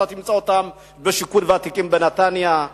אתה תמצא אותם בשיכון ותיקים בנתניה,